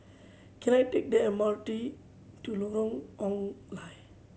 can I take the M R T to Lorong Ong Lye